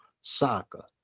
soccer